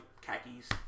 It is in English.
khakis